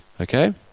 okay